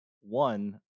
one